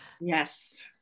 Yes